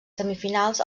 semifinals